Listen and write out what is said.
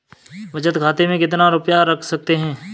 बचत खाते में कितना रुपया रख सकते हैं?